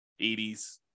80s